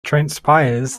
transpires